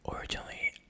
Originally